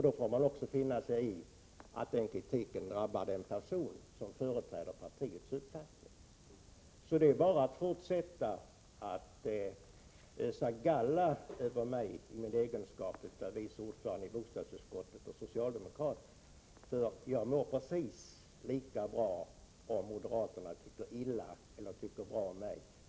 Då får man också finna sigi att den kritiken drabbar den person som företräder partiets uppfattning. Det är alltså bara att fortsätta att ösa galla över mig i min egenskap av vice ordförande i bostadsutskottet och socialdemokrat. Jag mår precis lika bra oavsett om moderaterna tycker illa eller bra om mig.